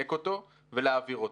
לדייק אותו ולהעביר אותו.